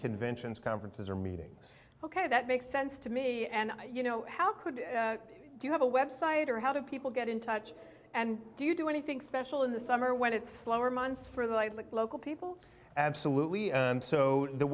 conventions conferences or meetings ok that makes sense to me and you know how could do you have a website or how do people get in touch and do you do anything special in the summer when it's slower months for the local people absolutely so the